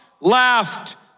laughed